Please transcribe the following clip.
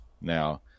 Now